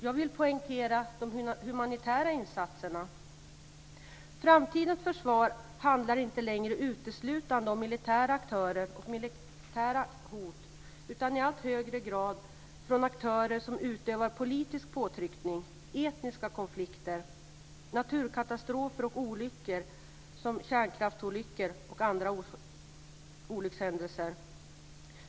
Jag vill poängtera de humanitära insatserna. Framtidens försvar handlar inte längre uteslutande om militära aktörer och militära hot utan i allt högre grad om aktörer som utövar politisk påtryckning, om etniska konflikter, om naturkatastrofer och olyckor som kärnkraftsolyckor och om andra olyckshändelser.